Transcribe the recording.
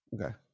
Okay